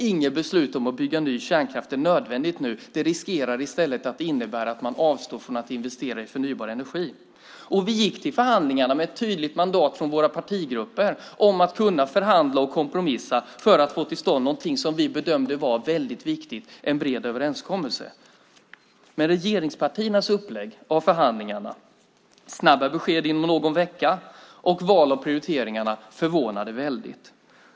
Inget beslut om att bygga ny kärnkraft är nödvändigt nu. Det riskerar i stället att innebära att man avstår från att investera i förnybar energi. Vi gick till förhandlingarna med ett tydligt mandat från våra partigrupper om att kunna förhandla och kompromissa för att få till stånd någonting som vi bedömde var väldigt viktigt, en bred överenskommelse. Men regeringspartiernas upplägg av förhandlingarna, snabba besked inom någon vecka, och val av prioriteringar förvånade väldigt.